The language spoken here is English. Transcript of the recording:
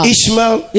Ishmael